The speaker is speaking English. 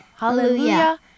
Hallelujah